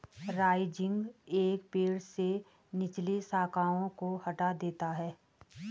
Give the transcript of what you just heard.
rising एक पेड़ से निचली शाखाओं को हटा देता है